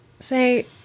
Say